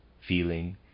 feeling